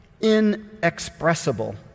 inexpressible